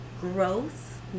growth